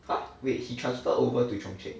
!huh! wait he transfer over to chung cheng